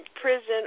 prison